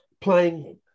playing